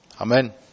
Amen